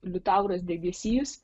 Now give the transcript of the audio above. liutauras degėsys